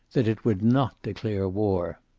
that it would not declare war.